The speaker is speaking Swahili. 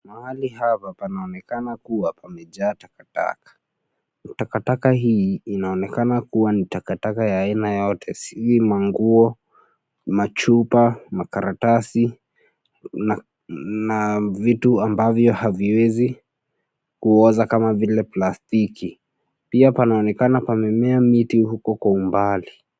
Mahali hapa panaonekana kuwa pamejaa takataka, takataka hii inaonekana kuwa ni takataka ya aina yote, si manguo, machupa, makaratasi, na, na vitu ambavyo haviwezi, kuoza kama vile plastiki, pia panaonekana pamemea miti huko kwa umbali.